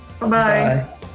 Bye-bye